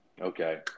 okay